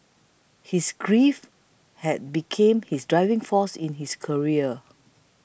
his grief had become his driving force in his career